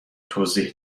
توضیح